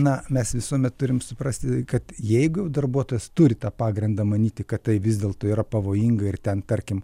na mes visuomet turim suprasti kad jeigu darbuotojas turi tą pagrindą manyti kad tai vis dėlto yra pavojinga ir ten tarkim